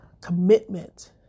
commitment